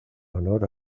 honor